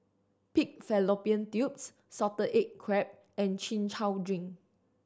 pig fallopian tubes salted egg crab and Chin Chow drink